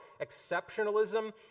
exceptionalism